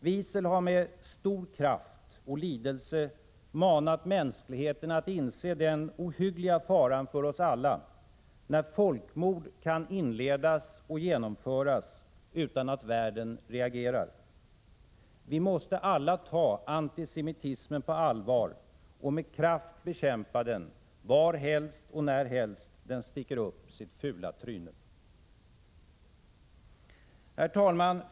Wiesel har med stor kraft och lidelse manat mänskligheten att inse den ohyggliga faran för oss alla när folkmord kan inledas och genomföras utan att världen reagerar. Vi måste alla ta antisemitismen på allvar och med kraft bekämpa den varhelst och närhelst den sticker upp sitt fula tryne. Herr talman!